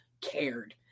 cared